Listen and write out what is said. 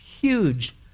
huge